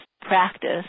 practice